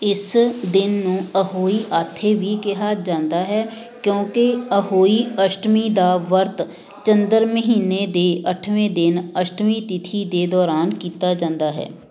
ਇਸ ਦਿਨ ਨੂੰ ਅਹੋਈ ਆਥੇ ਵੀ ਕਿਹਾ ਜਾਂਦਾ ਹੈ ਕਿਉਂਕਿ ਅਹੋਈ ਅਸ਼ਟਮੀ ਦਾ ਵਰਤ ਚੰਦਰ ਮਹੀਨੇ ਦੇ ਅੱਠਵੇਂ ਦਿਨ ਅਸ਼ਟਮੀ ਤਿਥੀ ਦੇ ਦੌਰਾਨ ਕੀਤਾ ਜਾਂਦਾ ਹੈ